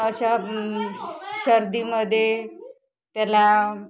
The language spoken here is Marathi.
अशा सर्दीमध्ये त्याला